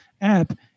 app